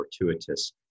fortuitous